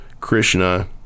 Krishna –